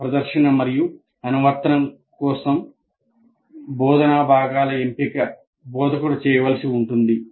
ప్రదర్శన మరియు అనువర్తనం కోసం బోధనా భాగాల ఎంపిక బోధకుడు చేయవలసి ఉంటుంది